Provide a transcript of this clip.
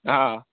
ہاں